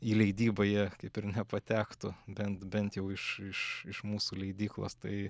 į leidybą jie kaip ir nepatektų bent bent jau iš iš iš mūsų leidyklos tai